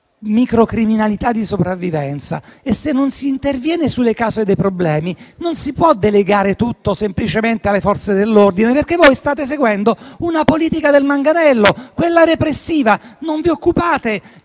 microcriminalità di sopravvivenza e, se non si interviene sulle cause dei problemi, non si può delegare tutto semplicemente alle Forze dell'ordine. State seguendo una politica del manganello, quella repressiva. Non vi occupate